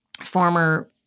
former